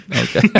Okay